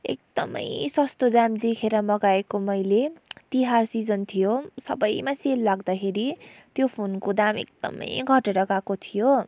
एकदमै सस्तो दाम देखेर मगाएको मैले तिहार सिजन थियो सबैमा सेल लाग्दाखेरि त्यो फोनको दाम एकदमै घटेर गएको थियो